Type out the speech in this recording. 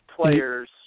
players